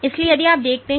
इसलिए यदि आप देखते हैं